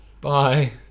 bye